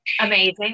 Amazing